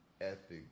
ethic